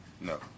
no